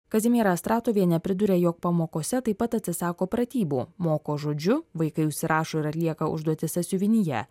kazimiera astratovienė priduria jog pamokose taip pat atsisako pratybų moko žodžiu vaikai užsirašo ir atlieka užduotis sąsiuvinyje